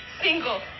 single